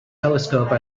telescope